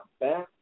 back